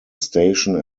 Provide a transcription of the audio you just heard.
station